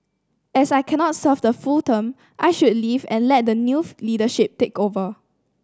as I cannot serve the full term I should leave and let the new leadership take over